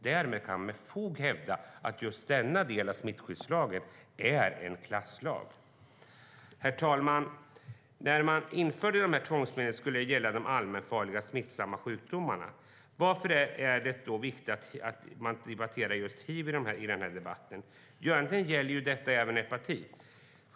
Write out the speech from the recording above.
Därmed kan man med fog hävda att just denna del av smittskyddslagen är en klasslag. Herr talman! När man införde tvångsmedlen skulle de gälla de allmänfarliga smittsamma sjukdomarna. Varför är det viktigt att ta upp just hiv i debatten?